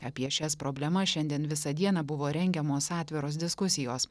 apie šias problemas šiandien visą dieną buvo rengiamos atviros diskusijos